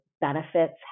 benefits